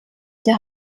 der